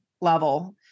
level